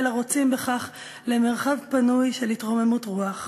הרוצים בכך למרחב פנוי של התרוממות רוח.